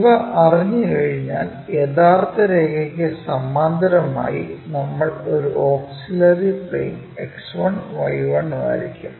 ഇവ അറിഞ്ഞുകഴിഞ്ഞാൽ യഥാർത്ഥ രേഖയ്ക്ക് സമാന്തരമായി നമ്മൾ ഒരു ഓക്സിലറി പ്ലെയിൻ X1 Y1 വരയ്ക്കും